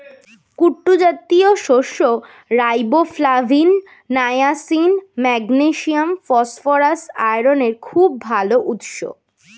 কুট্টু জাতীয় শস্য riboflavin, niacin, magnesium, phosphorus, আয়রনের খুব ভাল উৎস